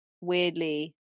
weirdly